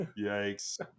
yikes